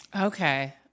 okay